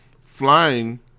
flying